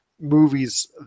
movies